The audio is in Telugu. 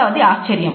అయిదవది ఆశ్చర్యం